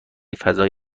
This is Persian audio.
فضای